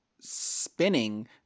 spinning